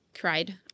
Cried